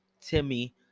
timmy